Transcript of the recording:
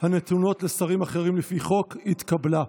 הנתונות לשרים אחרים לפי חוק התקבלה.